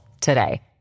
today